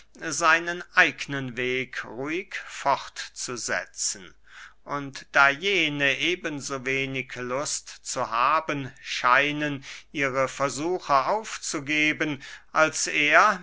seinen eignen weg ruhig fort zu gehen und da jene eben so wenig lust zu haben scheinen ihre versuche aufzugeben als er